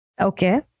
Okay